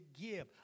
give